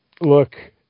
look